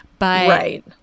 Right